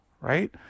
right